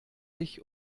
sich